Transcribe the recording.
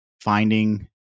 finding